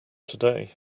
today